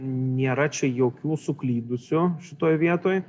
nėra čia jokių suklydusių šitoj vietoj